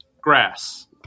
grass